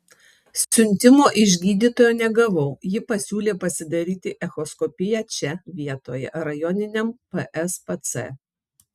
siuntimo iš gydytojo negavau ji pasiūlė pasidaryti echoskopiją čia vietoje rajoniniam pspc